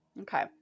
Okay